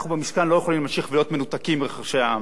אנחנו במשכן לא יכולים להמשיך ולהיות מנותקים מרחשי העם.